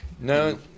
no